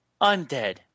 undead